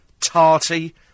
tarty